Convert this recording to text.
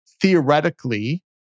theoretically